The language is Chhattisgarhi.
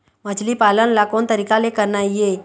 मछली पालन ला कोन तरीका ले करना ये?